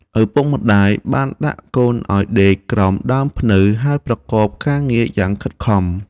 ឪពុកម្តាយបានដាក់កូនឱ្យដេកក្រោមដើមព្នៅ ហើយប្រកបការងារយ៉ាងខិតខំ។